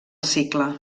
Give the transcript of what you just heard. cicle